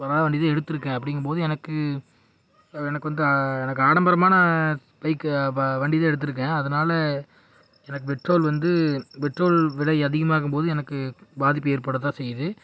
தராத வண்டி தான் எடுத்துருக்கேன் அப்படிங்கும் போது எனக்கு எனக்கு வந்து ஆ எனக்கு ஆடம்பரமான பைக்கு வ வண்டி தான் எடுத்துருக்கேன் அதனால எனக்கு பெட்ரோல் வந்து பெட்ரோல் விலை அதிகமாகும் போது எனக்கு பாதிப்பு ஏற்படதான் செய்யுது